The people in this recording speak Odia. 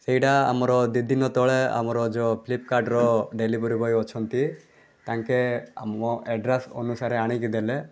ସେଇଟା ଆମର ଦୁଇଦିନ ତଳେ ଆମର ଯେଉଁ ଫ୍ଲିପକାର୍ଟର ଡେଲିଭରି ବଏ ଅଛନ୍ତି ତାଙ୍କେ ଆ ମୋ ଏଡ଼୍ରେସ୍ ଅନୁସାରେ ଆଣିକି ଦେଲେ